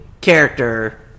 Character